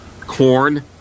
corn